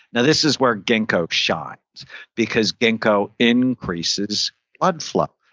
now, this is where ginkgo shines because ginkgo increases blood flow.